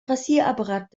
rasierapparat